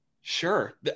Sure